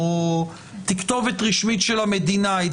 זה